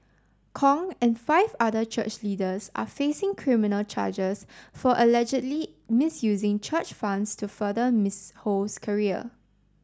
Kong and five other church leaders are facing criminal charges for allegedly misusing church funds to further Ms Ho's career